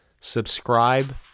subscribe